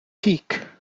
teak